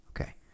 Okay